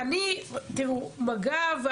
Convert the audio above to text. מג"ב,